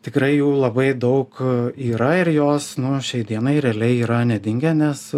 tikrai jų labai daug yra ir jos nu šiai dienai realiai yra nedingę nes